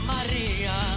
Maria